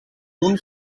d’un